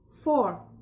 Four